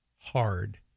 hard